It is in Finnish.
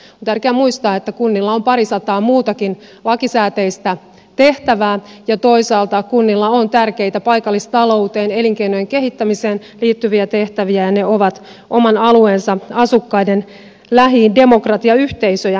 on tärkeää muistaa että kunnilla on parisataa muutakin lakisääteistä tehtävää ja toisaalta kunnilla on tärkeitä paikallistalouteen elinkeinojen kehittämiseen liittyviä tehtäviä ja ne ovat oman alueensa asukkaiden lähidemokratiayhteisöjä